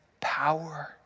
power